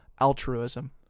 Altruism